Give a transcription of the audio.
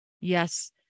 yes